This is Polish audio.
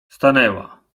stanęła